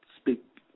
speak